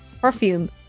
Perfume